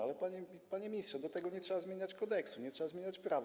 Ale, panie ministrze, do tego nie trzeba zmieniać kodeksu, nie trzeba zmieniać prawa.